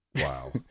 Wow